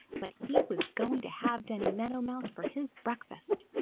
but he was going to have danny meadow mouse for his breakfast!